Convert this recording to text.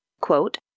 quote